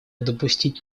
допустить